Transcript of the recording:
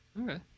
Okay